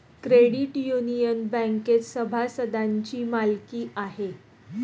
credit union बँकेत सभासदांची मालकी आहे